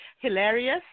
hilarious